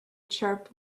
chirp